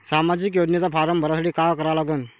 सामाजिक योजनेचा फारम भरासाठी का करा लागन?